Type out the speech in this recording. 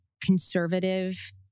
conservative